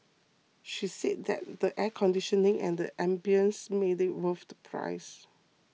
she said that the air conditioning and the ambience made it worth the price